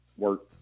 work